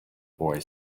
boy